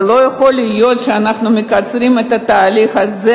ולא יכול להיות שאנחנו מקצרים את התהליך הזה